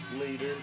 later